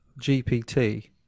GPT